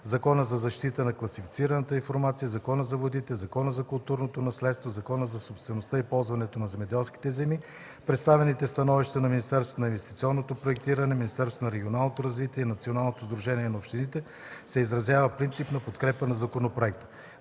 Закона за защита на класифицираната информация, Закона за водите, Закона за културното наследство, Закона за собствеността и ползването на земеделските земи. В представените становища на Министерството на инвестиционното проектиране, Министерството на регионалното развитие и Националното сдружение на общините се изразява принципна подкрепа на законопроекта.